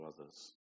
others